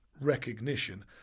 recognition